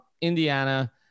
Indiana